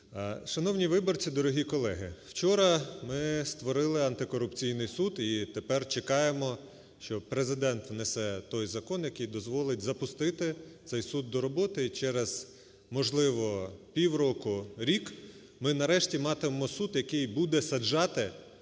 Шановні виборці, дорогі колеги! Вчора ми створили антикорупційний суд і тепер чекаємо, що Президент внесе той закон, який дозволить запустити цей суд до роботи. І через, можливо, півроку-рік ми нарешті матимемо суд, який буде саджати